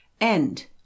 End